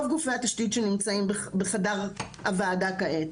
גופיי התשתית שנמצאים בחדר הוועדה כעת.